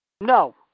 No